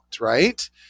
right